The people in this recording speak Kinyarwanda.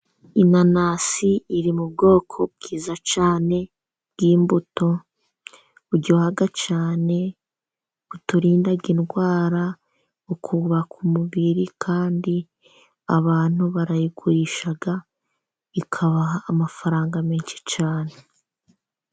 Inanasi iri mu bwoko bwiza cyane, bw'imbuto buryoha cyane, buturinda indwara, bukubaka umubiri, kandi abantu barayigurisha, bikabaha amafaranga menshi cyane.